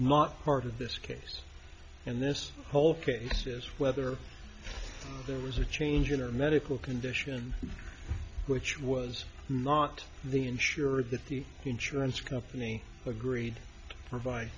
not part of this case and this whole case is whether there was a change in or a medical condition which was not the insurer that the insurance company agreed provide